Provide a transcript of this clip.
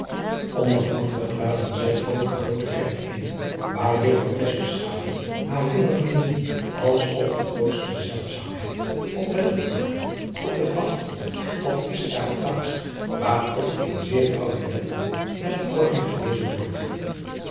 onder andere traden zij ook de groote kerk in waar juffrouw tesselschade haar jonge vriendinnen als op de grootste zeldzaamheid oplettend maakte op de graftombe of kist daar geplaatst waarop in zeer oude letteren met verkorting gelezen wordt